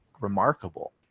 remarkable